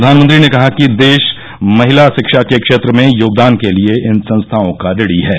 प्रधानमंत्री ने कहा कि देश महिला शिक्षा के क्षेत्र में योगदान के लिए इन संस्थाओं का ऋणी है